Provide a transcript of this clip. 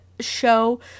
show